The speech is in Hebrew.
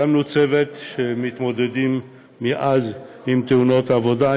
הקמנו צוות שמתמודד מאז עם תאונות העבודה,